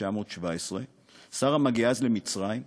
ב-1917 שרה מגיעה למצרים.